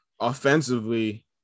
offensively